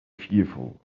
fearful